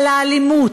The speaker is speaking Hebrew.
על האלימות.